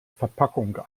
verpackung